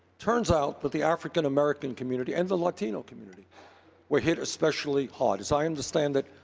turns out that the african-american community and the latino community were hit especially hard. as i understand it,